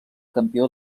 campió